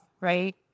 right